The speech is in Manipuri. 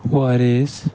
ꯋꯥꯔꯤꯁ